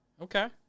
Okay